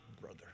brother